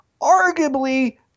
arguably